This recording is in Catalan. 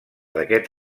d’aquest